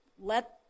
let